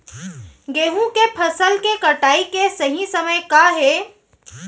गेहूँ के फसल के कटाई के सही समय का हे?